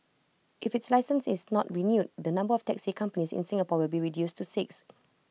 if its licence is not renewed the number of taxi companies in Singapore will be reduced to six